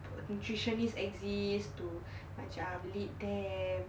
nutritionist exist to macam lead them